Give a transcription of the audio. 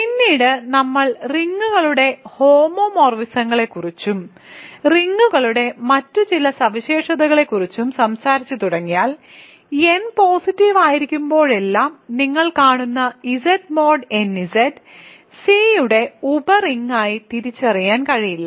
പിന്നീട് നമ്മൾ റിങ്ങുകളുടെ ഹോമോമോർഫിസങ്ങളെക്കുറിച്ചും റിങ്ങുകളുടെ മറ്റ് ചില സവിശേഷതകളെക്കുറിച്ചും സംസാരിച്ചുതുടങ്ങിയാൽ n പോസിറ്റീവ് ആയിരിക്കുമ്പോഴെല്ലാം നിങ്ങൾ കാണും Z mod nZ C യുടെ ഉപ റിങ്ങായി തിരിച്ചറിയാൻ കഴിയില്ല